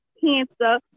cancer